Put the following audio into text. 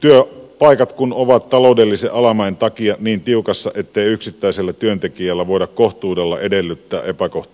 työpaikat kun ovat taloudellisen alamäen takia niin tiukassa ettei yksittäiseltä työntekijältä voida kohtuudella edellyttää epäkohtiin puuttumista